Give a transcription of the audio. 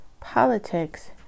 Politics